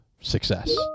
success